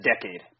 decade